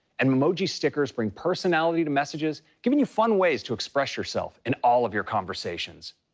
and memoji stickers bring personality to messages, giving you fun ways to express yourself in all of your conversations.